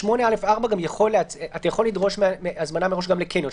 אז לפי 8(א)(4) אתה יכול לדרוש הזמנה מראש גם בקניון.